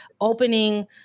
opening